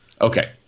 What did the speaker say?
Okay